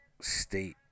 state